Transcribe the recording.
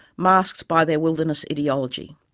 masked by their wilderness ideology.